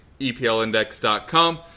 EPLIndex.com